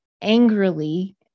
angrily